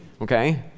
okay